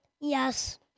Yes